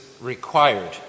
Required